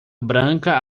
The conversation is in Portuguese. branca